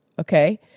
Okay